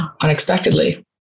unexpectedly